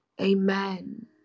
Amen